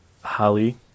Holly